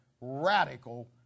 radical